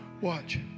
Watch